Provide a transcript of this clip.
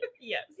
Yes